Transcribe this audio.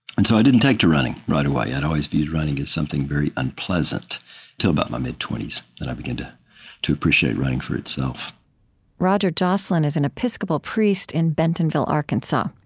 and so i didn't take to running right away. i'd always viewed running as something very unpleasant till about my mid twenty s. then i began to to appreciate running for itself roger joslin is an episcopal priest in bentonville, arkansas.